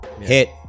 hit